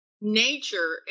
nature